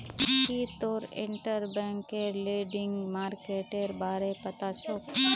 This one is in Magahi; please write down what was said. की तोक इंटरबैंक लेंडिंग मार्केटेर बारे पता छोक